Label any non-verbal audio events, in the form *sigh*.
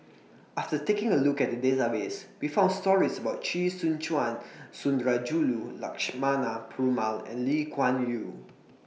after taking A Look At The Database We found stories about Chee Soon Juan Sundarajulu Lakshmana Perumal and Lee Kuan Yew *noise*